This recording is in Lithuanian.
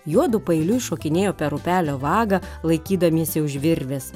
juodu paeiliui šokinėjo per upelio vagą laikydamiesi už virvės